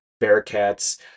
Bearcats